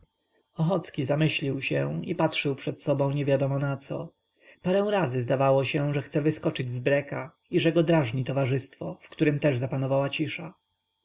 ochocki zamyślił się i patrzył przed siebie niewiadomo naco parę razy zdawało się że chce wyskoczyć z breka i że go drażni towarzystwo w którem też zapanowała cisza